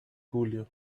julio